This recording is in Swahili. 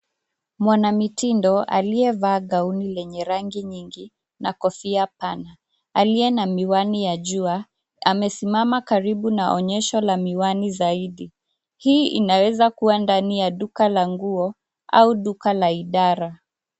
Mwanamitindo aliyevaa gauni yenye rangi nyingi na kofia pana, aliye na miwani ya jua, amesimama karibu na onyesho la miwani zaidi. Hii inaweza kuwa ndani ya duka la nguo au duka la idara.